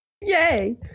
yay